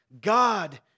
God